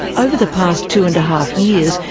over the past two and a half years,